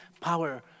power